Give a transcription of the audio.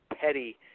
petty